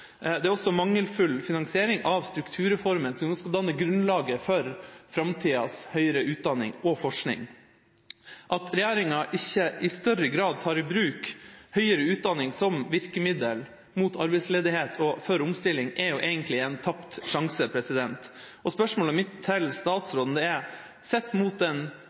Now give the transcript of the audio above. Det er også mangelfull finansiering av strukturreformen, som skal danne grunnlaget for framtidas høyere utdanning og forskning. At regjeringa ikke i større grad tar i bruk høyere utdanning som virkemiddel mot arbeidsledighet og for omstilling, er egentlig en tapt sjanse. Spørsmålet mitt til statsråden er: Sett opp mot